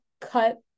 cut